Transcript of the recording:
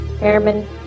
airman